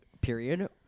Period